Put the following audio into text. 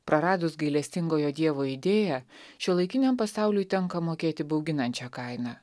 praradus gailestingojo dievo idėją šiuolaikiniam pasauliui tenka mokėti bauginančią kainą